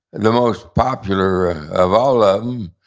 the most popular of all of them,